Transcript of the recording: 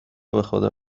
بخدا